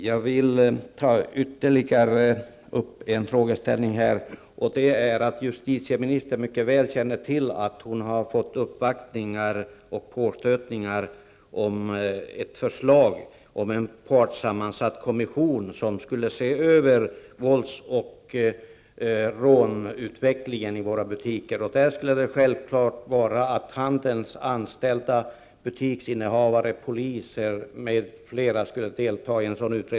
Fru talman! Jag vill ta upp ytterligare en fråga. Justitieministern känner mycket väl till att hon har uppvaktningar och påstötningar om ett förslag till en partsammansatt kommission, som skulle se över vålds och rånutvecklingen i våra butiker och där handelsanställda, butiksinnehavare, polisen m.fl. självfallet skulle delta.